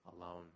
alone